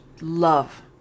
Love